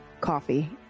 coffee